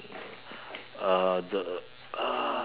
uh the